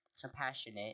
compassionate